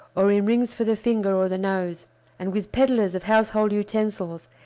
or in rings for the finger or the nose and with peddlers of household utensils,